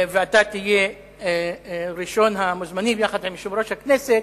ואתה תהיה ראשון המוזמנים יחד עם יושב-ראש הכנסת,